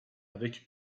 avec